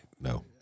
no